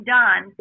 done